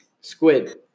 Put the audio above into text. squid